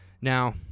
Now